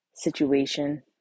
situation